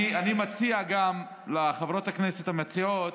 אני מציע גם לחברות הכנסת המציעות,